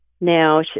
Now